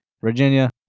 Virginia